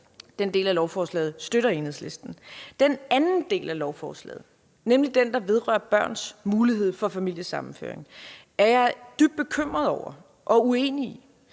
Den del af lovforslaget støtter Enhedslisten. Den anden del af lovforslaget, nemlig den, der vedrører børns mulighed for familiesammenføring, er jeg dybt bekymret over og uenig i.